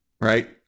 right